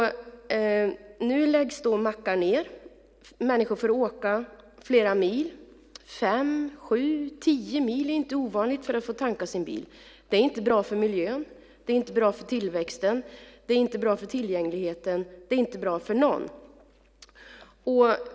Nu läggs mackar ned. Människor får åka flera mil - fem, sju och tio mil är inte ovanligt - för att få tanka sin bil. Det är inte bra för miljön. Det är inte bra för tillväxten. Det är inte bra för tillgängligheten. Det är inte bra för någon.